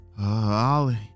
Ollie